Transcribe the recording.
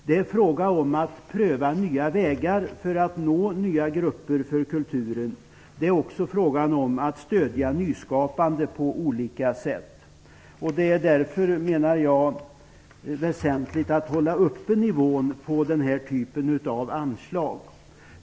Det är fråga om att pröva nya vägar för att nå nya grupper med kulturen. Det är också frågan om att stödja nyskapande på olika sätt. Jag menar därför att det är väsentligt att hålla uppe nivån på den här typen av anslag.